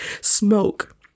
smoke